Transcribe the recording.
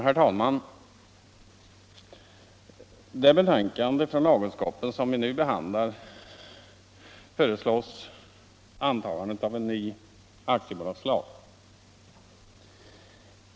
Herr talman! I det betänkande från lagutskottet som vi nu behandlar föreslås en ny aktiebolagslag.